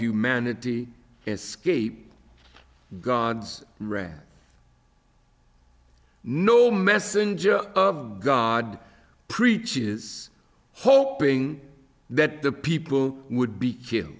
humanity escape god's ran no messenger of god preaches hoping that the people would be